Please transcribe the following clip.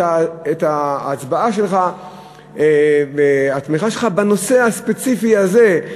את ההצבעה שלך והתמיכה שלך בנושא הספציפי הזה,